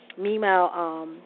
Meanwhile